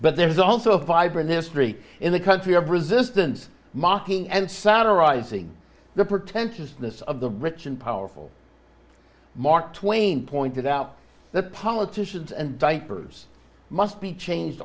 but there's also a vibrant history in the country of resistance mocking and satirizing the pretentiousness of the rich and powerful mark twain pointed out that politicians and diapers must be changed